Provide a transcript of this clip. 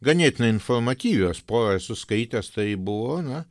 ganėtinai informatyvios porą esu skaitęs tai buvo na